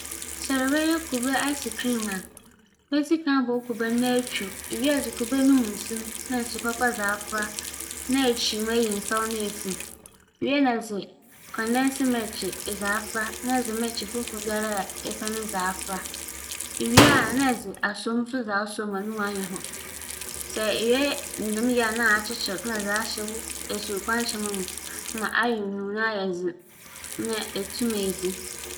Sɛ mereyɛ atafer atafer bi edzi no wͻ fie a, adze a meyɛ nye dɛ, medze nsu si gya do ma ohur a, medze nkyen ketsewaa bi tum ma ͻnan wie a, nna medze esikyire kakra ato mu na meehue me merekye "powder" medze egu mu nna m'enunu mu. Nsu no memmfa no kɛse ntsi sɛ mutue a medze besi hͻ no nna ayɛ dur muwie a metsitsi hyɛ kͻͻpow mu. ͻnoara nye no nna m'ewie.